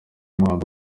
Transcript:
muhanzi